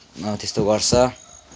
a त्यस्तो गर्छ